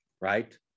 Right